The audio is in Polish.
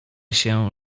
się